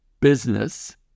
business